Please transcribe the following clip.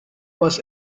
was